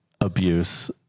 abuse